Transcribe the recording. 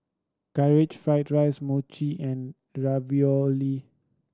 Karaage Fried dries Mochi and Ravioli